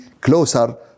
closer